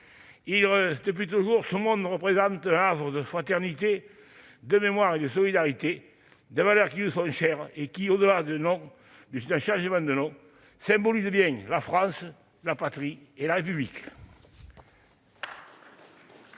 Depuis toujours, ce monde représente un havre de fraternité, de mémoire et de solidarité, des valeurs qui nous sont chères et qui, au-delà d'un changement de nom, symbolisent la France, la patrie et la République.